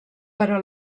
però